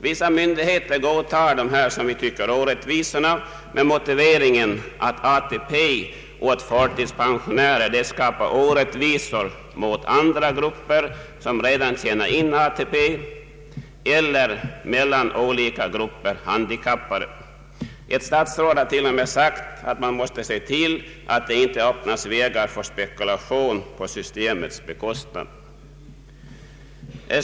Vissa myndigheter godtar dessa enligt vår mening orättvisa bestämmelser med motiveringen att ATP åt förtidspensionärer skapar orättvisor gentemot andra grupper som redan tjänar in ATP, eller mellan olika grupper av handikappade. Ett statsråd har t.o.m. sagt att man måste se till att det icke öppnas vägar för spekulation på bekostnad av detta system.